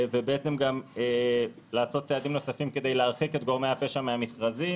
ובעצם גם לעשות צעדים נוספים כדי להרחיק את גורמי הפשע מהמכרזים.